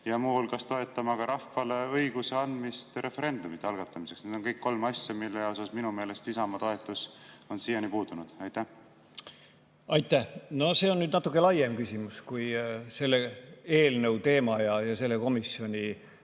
muu hulgas toetama ka rahvale õiguse andmist referendumite algatamiseks. Need on kõik kolm asja, mille puhul on minu meelest Isamaa toetus siiani puudunud. Aitäh! No see on nüüd natuke laiem küsimus kui selle eelnõu teema ja selle komisjoni